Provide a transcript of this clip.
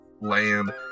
land